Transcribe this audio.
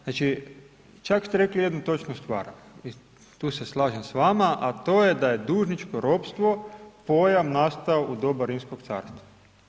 Znači čak ste rekli jednu točnu stvar, tu se slažem s vama a to je da je dužnički ropstvo pojam nastao u doba Rimskog carstva.